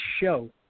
show